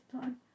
time